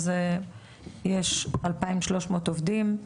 אז יש 2,300 עובדים,